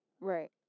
Right